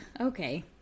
Okay